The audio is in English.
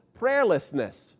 prayerlessness